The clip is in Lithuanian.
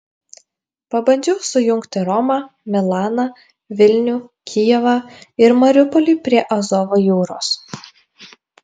pabandžiau sujungti romą milaną vilnių kijevą ir mariupolį prie azovo jūros